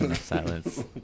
silence